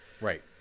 right